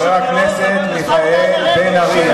חבר הכנסת מיכאל בן-ארי.